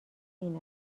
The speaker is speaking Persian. این